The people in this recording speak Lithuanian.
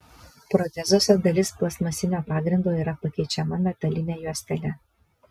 protezuose dalis plastmasinio pagrindo yra pakeičiama metaline juostele